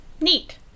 Neat